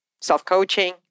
self-coaching